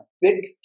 big